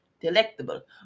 delectable